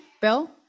Bill